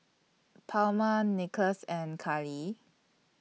Palma Nicklaus and Kali